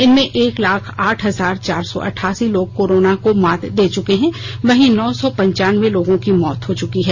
इनमें एक लाख आठ हजार चार सौ अठासी लोग कोरोना को मात दे चुके हैं वहीं नौ सौ पंचान्बे लोगों की मौत हो चुकी है